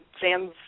Sam's